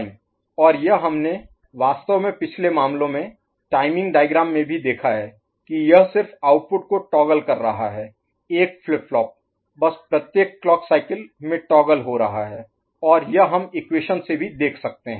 और यह हमने वास्तव में पिछले मामलों में टाइमिंग डायग्राम में भी देखा है कि यह सिर्फ आउटपुट को टॉगल कर रहा है एक फ्लिप फ्लॉप बस प्रत्येक क्लॉक साइकिल में टॉगल हो रहा है और यह हम इक्वेशन से भी देख सकते हैं